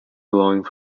blowing